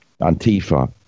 Antifa